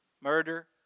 murder